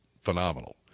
phenomenal